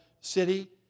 city